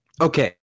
okay